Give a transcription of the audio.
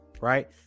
Right